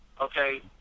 Okay